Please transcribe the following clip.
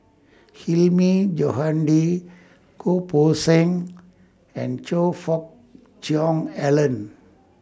Hilmi Johandi Goh Poh Seng and Choe Fook Cheong Alan